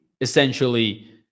essentially